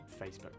Facebook